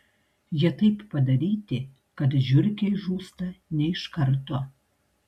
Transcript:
jie taip padaryti kad žiurkė žūsta ne iš karto